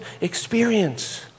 experience